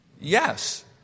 Yes